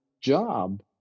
job